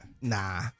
Nah